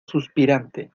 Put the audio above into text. suspirante